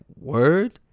word